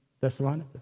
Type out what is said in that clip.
Thessalonica